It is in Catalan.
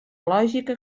lògica